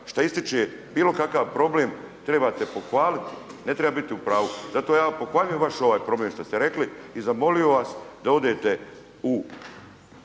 šta ističe bilo kakav problem trebate pohvaliti, ne treba biti u pravu. Zato ja pohvaljujem ovaj vaš problem što ste rekli i zamolio bih vas da odete u